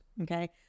okay